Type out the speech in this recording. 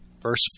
Verse